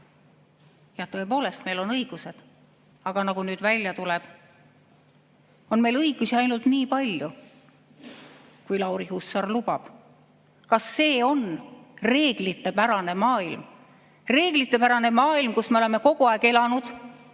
Jah, tõepoolest, meil on õigused. Aga nagu nüüd välja tuleb, on meil õigusi ainult nii palju, kui Lauri Hussar lubab. Kas see on reeglitepärane maailm – reeglitepärane maailm, kus me oleme kogu aeg elanud,